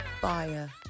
fire